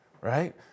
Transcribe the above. right